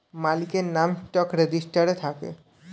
মালিকের নাম স্টক রেজিস্টারে থাকে